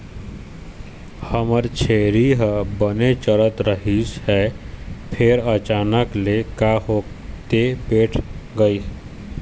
हमर छेरी ह बने चरत रहिस हे फेर अचानक ले का होगे ते बइठ गे